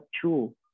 true